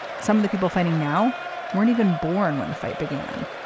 some of the people fighting now weren't even born when the fight began.